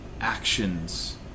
actions